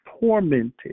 tormented